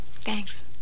Thanks